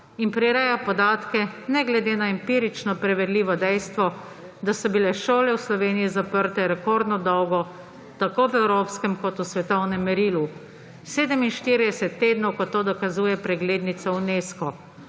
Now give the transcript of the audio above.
in prireja podatke ne glede na empirično preverljivo dejstvo, da so bile šole v Sloveniji zaprte rekordno dolgo tako v evropskem kot v svetovnem merilu – 47 tednov, kot to dokazuje preglednica Unesco.